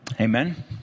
Amen